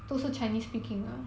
oh